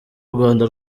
rwanda